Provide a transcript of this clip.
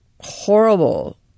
horrible